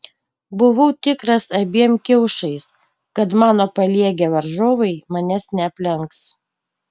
buvau tikras abiem kiaušais kad mano paliegę varžovai manęs neaplenks